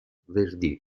verdi